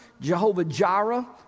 Jehovah-Jireh